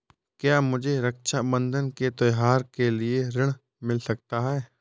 क्या मुझे रक्षाबंधन के त्योहार के लिए ऋण मिल सकता है?